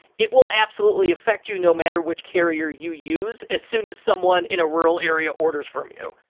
it will absolutely affect you, no matter which carrier you use, as soon as someone in a rural area orders from you.